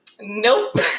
Nope